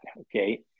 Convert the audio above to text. okay